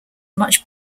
much